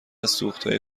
سوختهای